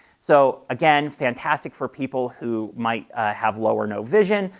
so, again, fantastic for people who might have low or no vision,